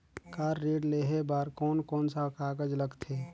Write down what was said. Car ऋण लेहे बार कोन कोन सा कागज़ लगथे?